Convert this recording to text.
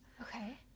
Okay